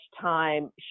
time